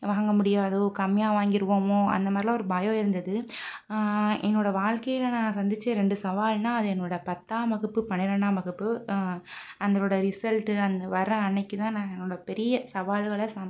வாங்க முடியாதோ கம்மியாக வாங்கிடுவோமோ அந்தமாதிரிலாம் ஒரு பயம் இருந்தது என்னோடய வாழ்க்கையில் நான் சந்தித்த ரெண்டு சவால்னால் அது என்னோடய பத்தாம் வகுப்பு பனிரெண்டாம் வகுப்பு அதனோடய ரிசல்ட்டு அந்த வர்ற அன்றைக்கு தான் நான் என்னோடய பெரிய சவால்களை சந்